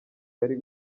yari